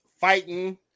fighting